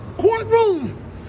courtroom